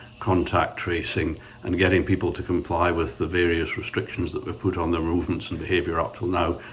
contact tracing and getting people to comply with the various restrictions that were put on their movements and behaviour up until now,